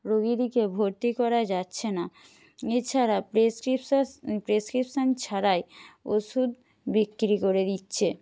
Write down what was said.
রোগীদেরকে ভর্তি করা যাচ্ছে না এছাড়া প্রেসক্রিপশান ছাড়াই ওষুধ বিক্রি করে দিচ্ছে